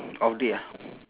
off day ah